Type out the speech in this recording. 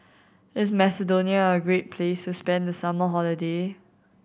is Macedonia a great place to spend the summer holiday